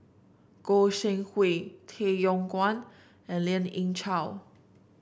Goi Seng Hui Tay Yong Kwang and Lien Ying Chow